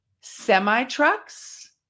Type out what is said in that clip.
semi-trucks